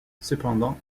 cependant